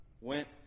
went